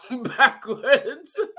backwards